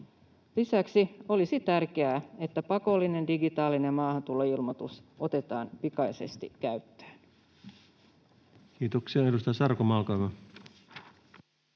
Lisäksi olisi tärkeää, että pakollinen digitaalinen maahantuloilmoitus otetaan pikaisesti käyttöön. [Speech 589] Speaker: